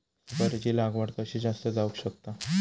सुपारीची लागवड कशी जास्त जावक शकता?